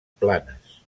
planes